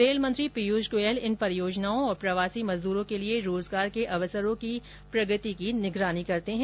rail मंत्री पीयूष गोयल इन परियोजनाओं और प्रवासी मजदूरों के लिए रोजगार के अवसरों की प्रगति की निगरानी करते हैं